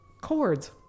chords